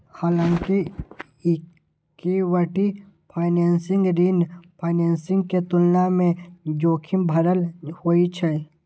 हालांकि equity financing ऋण financing के तुलना मे जोखिम भरल होइ छै